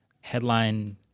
headline